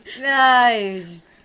Nice